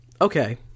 Okay